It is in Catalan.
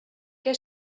què